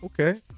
Okay